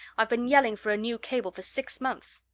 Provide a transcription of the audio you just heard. i've been yelling for a new cable for six months.